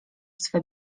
swe